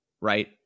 right